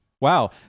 Wow